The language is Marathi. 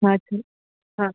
हां ती हां